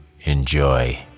enjoy